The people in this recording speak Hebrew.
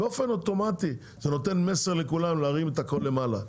באופן אוטומטי זה נותן מסר לכולם להרים את הכול למעלה.